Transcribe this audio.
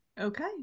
okay